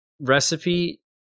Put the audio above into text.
recipe